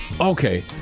okay